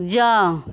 जाउ